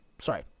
sorry